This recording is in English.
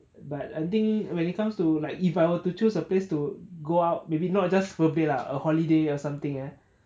but I think when it comes to like if I were to choose a place to go out maybe not just birthday lah a holiday or something eh